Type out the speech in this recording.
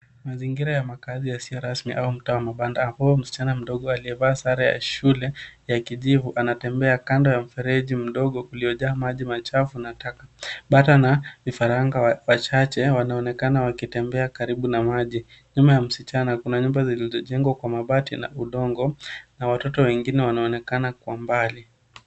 Mazingira ya makaazi yasiyo rasmi au mtaa wa mabanda ambao msichana mdogo aliyevaa sare ya shule ya kijivu anatembea kando ya mfereji mdogo uliojaa maji machafu na taka. Bata na vifaranga wachache wanaonekana wakitembea karibu na maji. Nyuma ya msichana kuna nyumba zilizojengwa kwa mabati na udongo na watoto wengine wanaonekana kwa mbali.